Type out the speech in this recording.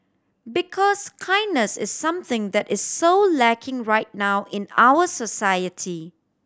because kindness is something that is so lacking right now in our society